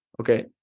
okay